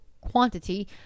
quantity